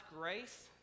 grace